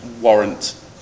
warrant